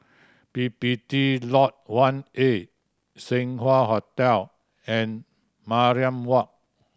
P P T Lodge One A Seng Wah Hotel and Mariam Walk